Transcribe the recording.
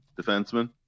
defenseman